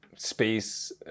Space